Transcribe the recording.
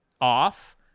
off